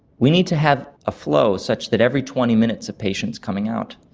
we need to have a flow such that every twenty minutes a patient is coming out,